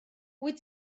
wyt